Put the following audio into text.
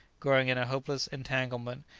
growing in a hopeless entanglement,